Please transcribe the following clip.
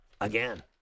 again